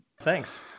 Thanks